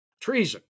Treason